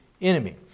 enemy